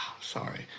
sorry